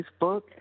Facebook